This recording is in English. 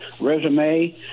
resume